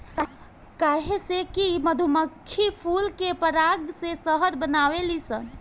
काहे से कि मधुमक्खी फूल के पराग से शहद बनावेली सन